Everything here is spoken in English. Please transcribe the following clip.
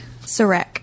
Sarek